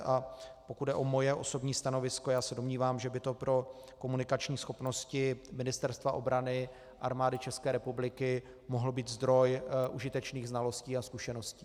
A pokud jde o moje osobní stanovisko, já se domnívám, že by to pro komunikační schopnosti Ministerstva obrany, Armády České republiky mohl být zdroj užitečných znalostí a zkušeností.